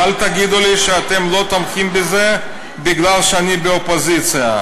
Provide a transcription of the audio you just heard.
ואל תגידו לי שאתם לא תומכים בזה מפני שאני באופוזיציה.